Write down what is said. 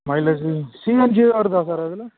mileage CNG வருதா sir அதில்